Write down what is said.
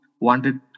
wanted